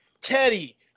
Teddy